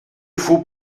faut